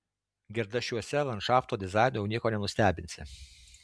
gerdašiuose landšafto dizainu jau nieko nenustebinsi